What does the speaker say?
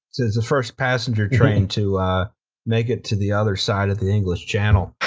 the first passenger train to make it to the other side of the english channel.